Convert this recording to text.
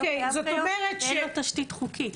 אין לו תשתית חוקית.